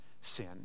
sin